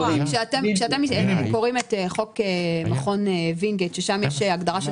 כשאתם קוראים את חוק מכון וינגייט ששם יש הגדרה של